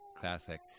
classic